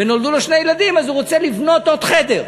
ונולדו לו שני ילדים, אז הוא רוצה לבנות עוד חדר.